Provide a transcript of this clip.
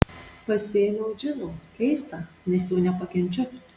pasiėmiau džino keista nes jo nepakenčiu